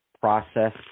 process